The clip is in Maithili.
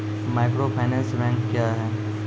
माइक्रोफाइनेंस बैंक क्या हैं?